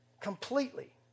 Completely